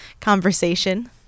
conversation